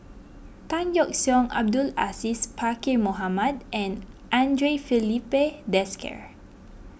Tan Yeok Seong Abdul Aziz Pakkeer Mohamed and andre Filipe Desker